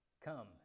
come